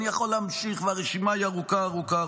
אני יכול להמשיך והרשימה היא ארוכה ארוכה.